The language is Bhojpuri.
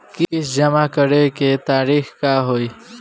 किस्त जमा करे के तारीख का होई?